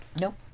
Nope